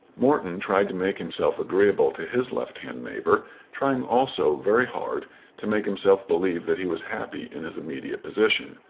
morton tried to make himself agreeable to his left-hand neighbour trying also very hard to make himself believe that he was happy in his immediate position.